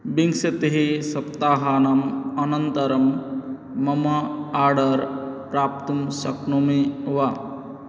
विंशतिः सप्ताहानन्तरं मम आडर् प्राप्तुं शक्नोमि वा